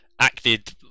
acted